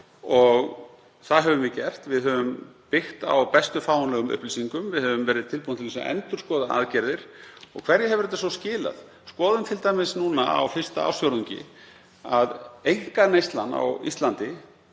og það höfum við gert. Við höfum byggt á bestu fáanlegu upplýsingum. Við höfum verið tilbúin til að endurskoða aðgerðir. Og hverju hefur þetta svo skilað? Skoðum það t.d. núna á fyrsta ársfjórðungi að einkaneyslan á Íslandi